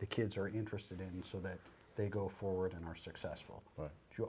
the kids are interested in so that they go forward and are successful but you